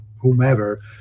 Whomever